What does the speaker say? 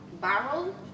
barrel